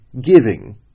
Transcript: giving